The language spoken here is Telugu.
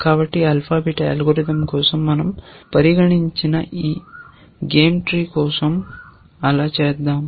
కాబట్టి ఆల్ఫా బీటా అల్గోరిథం కోసం మనం పరిగణించిన ఈ గేమ్ట్రీ కోసం అలా చేద్దాం